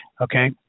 okay